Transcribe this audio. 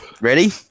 Ready